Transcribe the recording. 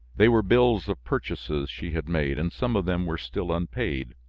they were bills of purchases she had made and some of them were still unpaid.